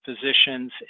physicians